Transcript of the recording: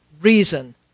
reason